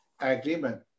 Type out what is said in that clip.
agreement